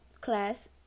class